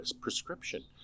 prescription